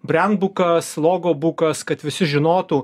briandbukas logobukas kad visi žinotų